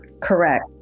Correct